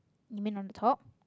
you mean on the top